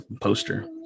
poster